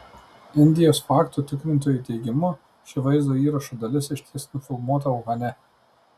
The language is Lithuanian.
indijos faktų tikrintojų teigimu ši vaizdo įrašo dalis išties nufilmuota uhane